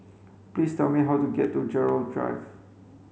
please tell me how to get to Gerald Drive